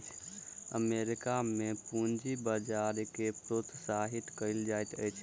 America में पूंजी बजार के प्रोत्साहित कयल जाइत अछि